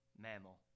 mammal